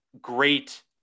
great